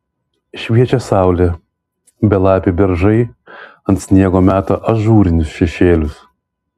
šviečia saulė belapiai beržai ant sniego meta ažūrinius šešėlius